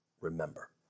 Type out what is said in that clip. remember